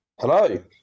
Hello